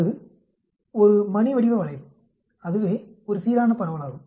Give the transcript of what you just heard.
அது ஒரு மணி வடிவ வளைவு அதுவே ஒரு சீரான பரவலாகும்